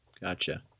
Gotcha